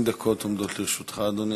אדוני, עומדות לרשותך 40 דקות.